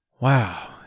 Wow